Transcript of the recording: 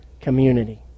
community